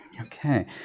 Okay